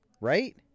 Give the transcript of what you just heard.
right